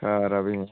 आं ते